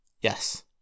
Yes